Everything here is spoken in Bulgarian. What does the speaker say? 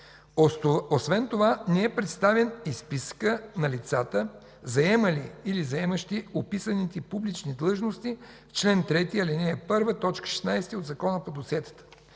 Освен това не е представен и списъкът на лицата, заемали или заемащи описаните публични длъжности в чл. 3, ал. 1, т. 16 от Закона по досиетата,